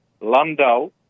Landau